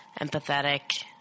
empathetic